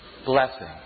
Blessing